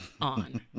on